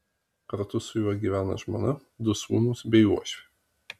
kartu su juo gyvena žmona du sūnūs bei uošvė